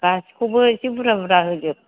गासैखौबो एसे बुरजा बुरजा होजोब